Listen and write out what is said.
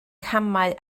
camau